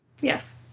Yes